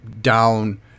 down—